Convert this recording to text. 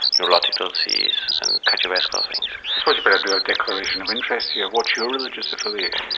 neurological disease and cardiovascular things. i suppose you'd better do a declaration of interest here what's your religious affiliation?